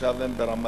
עכשיו הם ברמדאן,